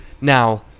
now